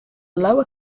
lower